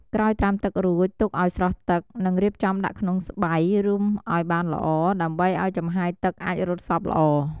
ក្រោយត្រាំទឹករួចទុកឱ្យស្រស់ទឹក និងរៀបចំដាក់ក្នុងស្បៃ រុំឱ្យបានល្អ ដើម្បីឱ្យចំហាយទឹកអាចរត់សព្វល្អ។